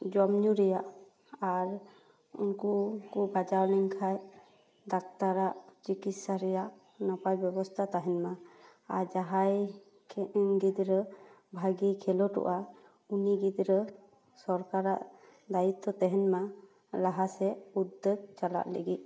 ᱡᱚᱢᱧᱩ ᱨᱮᱭᱟᱜ ᱟᱨ ᱩᱱᱠᱩ ᱵᱟᱡᱟᱣ ᱞᱮᱱᱠᱷᱟᱡ ᱰᱟᱠᱛᱟᱨᱟᱜ ᱪᱤᱠᱤᱥᱟ ᱨᱮᱭᱟᱜ ᱱᱟᱯᱟᱭ ᱵᱮᱵᱚᱥᱛᱟ ᱛᱟᱦᱮᱱ ᱢᱟ ᱟᱨ ᱡᱟᱦᱟᱭ ᱜᱤᱫᱽᱨᱟᱹ ᱵᱷᱟᱜᱮᱭ ᱠᱷᱮᱞᱳᱰᱚᱜᱼᱟ ᱩᱱᱤ ᱜᱤᱫᱽᱨᱟᱹ ᱥᱚᱨᱠᱟᱨᱟᱜ ᱫᱟᱹᱭᱤᱛᱚ ᱛᱟᱦᱮᱱ ᱢᱟ ᱞᱟᱦᱟ ᱥᱮᱡ ᱩᱫᱽᱫᱚᱠ ᱪᱟᱞᱟᱜ ᱞᱟᱹᱜᱤᱫ